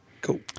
Cool